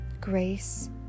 Grace